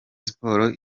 sports